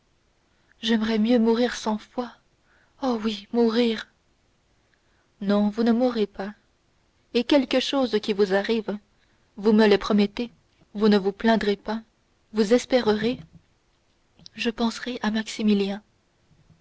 j'aimerais mieux mourir cent fois oh oui mourir non vous ne mourrez pas et quelque chose qui vous arrive vous me le promettez vous ne vous plaindrez pas vous espérerez je penserai à maximilien